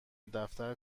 دفتر